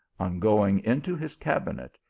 on going into his cabinet,